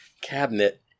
Cabinet